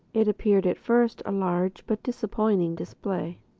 it appeared at first a large but disappointing display.